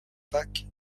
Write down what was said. pâques